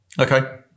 Okay